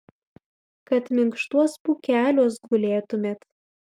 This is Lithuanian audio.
kad minkštuos pūkeliuos gulėtumėt